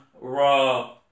raw